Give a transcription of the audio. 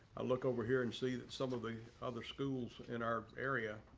i look over here and see that some of the other schools in our area